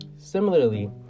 Similarly